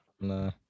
no